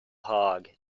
hog